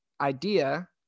idea